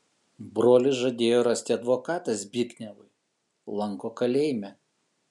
brolis žadėjo rasti advokatą zbignevui lanko kalėjime